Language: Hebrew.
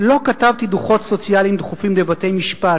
"לא כתבתי דוחות סוציאליים דחופים: לבתי-משפט,